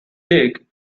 dig